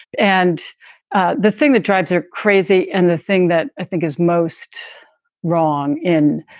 and ah the thing that drives her crazy. and the thing that i think is most wrong in,